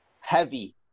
heavy